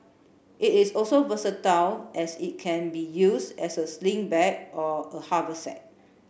it is also versatile as it can be used as a sling bag or a haversack